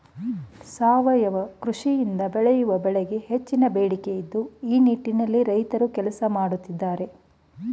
ಸಾವಯವ ಕೃಷಿಯಿಂದ ಬೆಳೆಯುವ ಬೆಳೆಗಳಿಗೆ ಹೆಚ್ಚಿನ ಬೇಡಿಕೆ ಇದ್ದು ಈ ನಿಟ್ಟಿನಲ್ಲಿ ರೈತ್ರು ಕೆಲಸ ಮಾಡತ್ತಿದ್ದಾರೆ